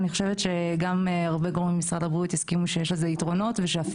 ואני חושבת שהרבה גורמים במשרד הבריאות יסכימו שיש לזה יתרונות ואולי